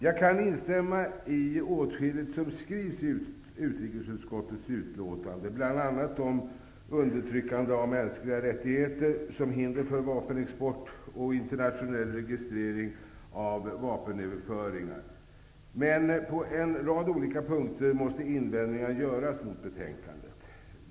Jag kan instämma i åtskilligt av det som skrivs i utrikesutskottets betänkande, bl.a. om undertryckande av mänskliga rättigheter som hinder för vapenexport och internationell registrering av vapenöverföringar. Men på en rad olika punkter måste invändningar göras mot betänkandet.